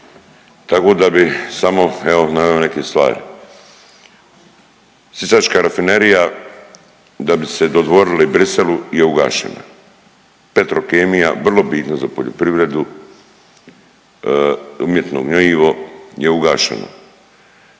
tako da bi samo evo naveo neke stvari. Sisačka rafinerija da bi se dodvorili Briselu je ugašena, Petrokemija vrlo bitna za poljoprivredu, umjetno gnjojivo je ugašeno,